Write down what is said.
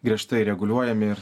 griežtai reguliuojami